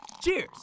Cheers